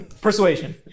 Persuasion